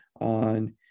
on